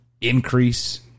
increase